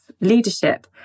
leadership